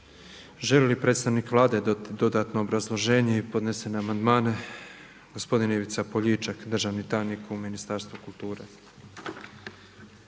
Želi li predstavnik Vlade dati dodatno obrazloženje i podnesene amandmane? Gospodin Ivica Poljičak, državni tajnik u Ministarstvu kulture.